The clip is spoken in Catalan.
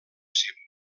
sempre